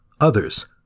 others